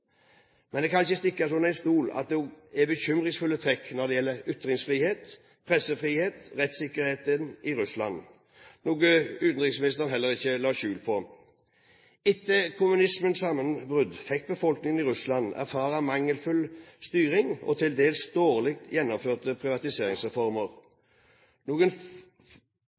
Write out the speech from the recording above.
Men det kan ikke stikkes under stol at det også er bekymringsfulle trekk når det gjelder ytringsfrihet, pressefrihet og rettssikkerhet i Russland, noe utenriksministeren heller ikke la skjul på. Etter kommunismens sammenbrudd fikk befolkningen i Russland erfare mangelfull styring og til dels dårlig gjennomførte privatiseringsreformer. Noen